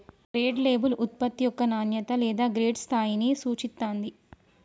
grade label ఉత్పత్తి యొక్క నాణ్యత లేదా గ్రేడ్ స్థాయిని సూచిత్తాంది